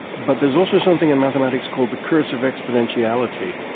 but there is also something in mathematics called the cursive exponentiality,